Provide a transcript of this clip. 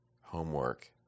Homework